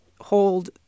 hold